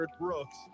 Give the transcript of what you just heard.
Brooks